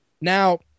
Now